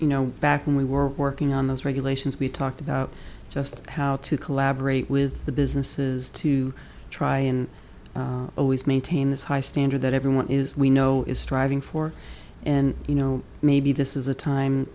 you know back when we were working on those regulations we talked about just how to collaborate with the businesses to try and always maintain this high standard that everyone is we know is striving for and you know maybe this is a time